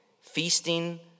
Feasting